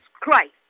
Christ